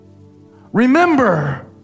Remember